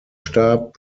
starb